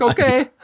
okay